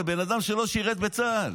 זה בן אדם שלא שירת בצה"ל,